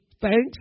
thanks